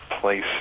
place